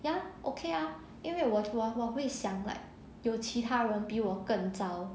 ya okay ah 因为我我我会想有其他人比我更糟